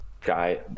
guy